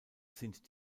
sind